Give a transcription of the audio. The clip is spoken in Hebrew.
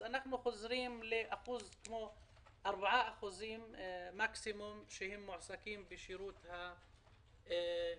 אנחנו מגיעים למקסימום 4% שמועסקים בשירות המדינה.